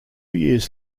years